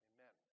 Amen